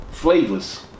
flavors